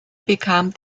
bekam